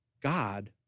God